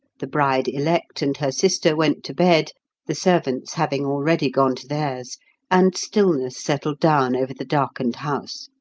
the bride-elect and her sister went to bed the servants having already gone to theirs and stillness settled down over the darkened house.